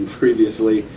previously